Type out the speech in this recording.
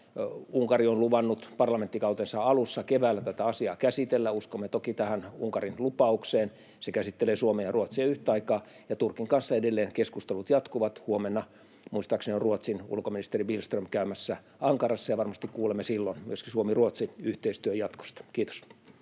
Unkari on luvannut parlamenttikautensa alussa keväällä tätä asiaa käsitellä. Uskomme toki tähän Unkarin lupaukseen. Se käsittelee Suomea ja Ruotsia yhtaikaa. Ja Turkin kanssa edelleen keskustelut jatkuvat. Huomenna muistaakseni on Ruotsin ulkoministeri Billström käymässä Ankarassa, ja varmasti kuulemme silloin myöskin Suomi—Ruotsi-yhteistyön jatkosta. — Kiitos.